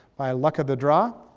by luck of the draw,